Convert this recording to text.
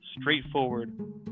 straightforward